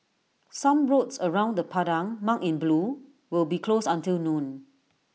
some roads around the Padang marked in blue will be closed until noon